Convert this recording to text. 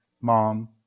mom